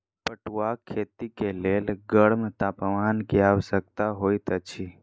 पटुआक खेती के लेल गर्म तापमान के आवश्यकता होइत अछि